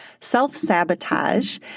self-sabotage